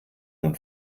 nun